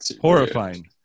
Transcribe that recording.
horrifying